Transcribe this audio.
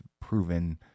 proven